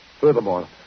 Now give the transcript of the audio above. Furthermore